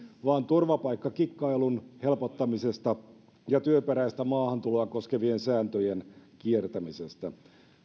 vaan turvapaikkakikkailun helpottamisesta ja työperäistä maahantuloa koskevien sääntöjen kiertämisestä